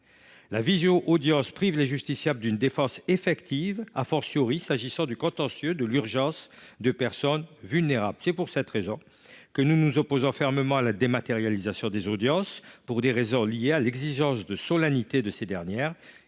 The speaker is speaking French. La visio audience prive les justiciables d’une défense effective, s’agissant du contentieux de l’urgence de personnes vulnérables. Le groupe Écologiste – Solidarité et Territoires s’oppose fermement à la dématérialisation des audiences, pour des raisons liées à l’exigence de solennité de ces dernières,